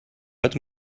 what